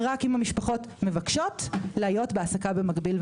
ורק אם המשפחות מבקשות להיות בהעסקה במקביל.